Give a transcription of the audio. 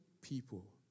people